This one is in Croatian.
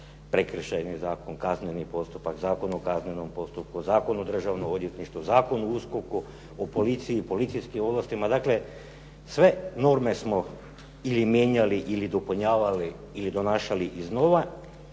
Prekršajni zakon, kazneni postupak, Zakon o kaznenom postupku, Zakon o državnom odvjetništvu, Zakon o USKOK-u, o policiji, policijskim ovlastima. Dakle, sve norme smo ili mijenjali ili dopunjavali ili donašali iznova,